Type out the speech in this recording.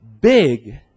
big